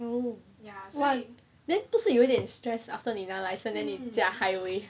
oh !wah! then 不是有一点 stress 你拿 license then 你驾 highway